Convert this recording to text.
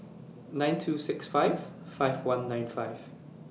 nine two six five five one nine five